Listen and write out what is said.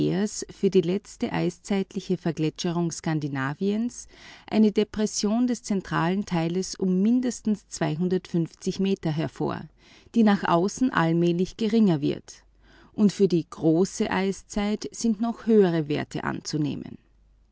für die letzte vereisung skandinaviens eine depression des zentralen teiles um mindestens meter hervor die nach außen allmählich geringer wird und für die große eiszeit sind noch höhere werte anzunehmen